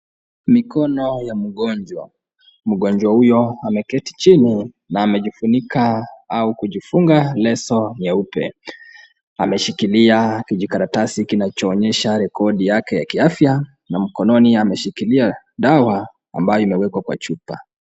Mikono ya mgonjwa, mgonjwa huyo ameketi chini na amejifunika au kujifunga leso nyeupe. Ameshikilia kijikaratasi kinachoonyesha rekodi yake ya kiafya na mkononi ameshikilia dawa ambayo imewekwa kwa chupa.